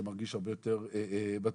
שמרגיש הרבה יותר בטוח,